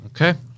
Okay